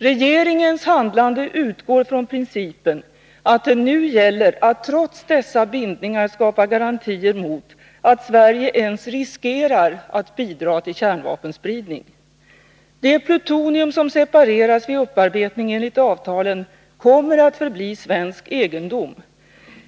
Regeringens handlande utgår från principen att det nu gäller att trots dessa bindningar skapa garantier mot att Sverige ens riskerar att bidra till kärnvapenspridning. Det plutonium som separeras vid upparbetning enligt avtalen kommer att förbli svensk egendom.